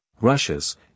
Russia's